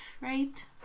right